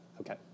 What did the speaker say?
Okay